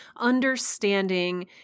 understanding